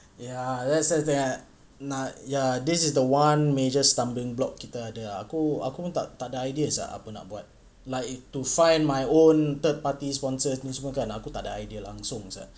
ya let's say they're nah ya this is the one major stumbling block kita ada ah aku aku pun tak tak takde ideas ah apa nak buat like to find my own third party sponsor semua takde idea langsung ah